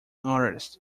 artist